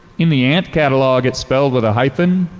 in the ant catalog it's spelled with a hyphen,